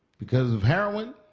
because of heroin,